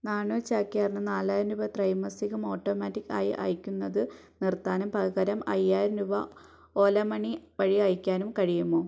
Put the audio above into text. നാണു ചാക്യാറിന് നാലായിരം രൂപ ത്രൈമാസികം ഓട്ടോമാറ്റിക്ക് ആയി അയയ്ക്കുന്നത് നിർത്താനും പകരം അയ്യായിരം രൂപ ഓല മണി വഴി അയയ്ക്കാനും കഴിയുമോ